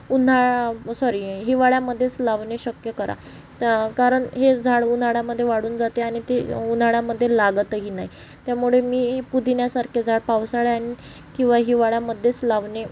उन्हाळा सॉरी हिवाळ्यामध्येच लावणे शक्य करा त कारण हे झाड उन्हाळ्यामध्ये वाळून जाते आणि ते उन्हाळ्यामध्ये लागतही नाही त्यामुळे मी पुदिन्यासारखे झाड पावसाळ्या आणि किंवा हिवाळ्यामद्देच लावणे